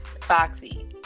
Foxy